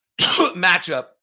matchup